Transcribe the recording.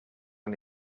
one